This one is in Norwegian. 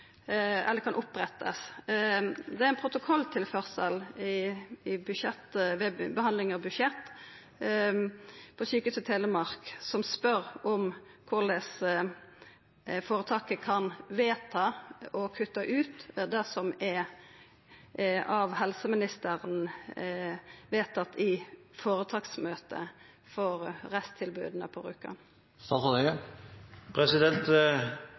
Det er ein protokolltilførsel ved behandling av budsjett på Sykehuset Telemark der ein spør om korleis føretaket kan vedta å kutta ut det som av helseministeren er vedtatt i føretaksmøtet for resttilboda på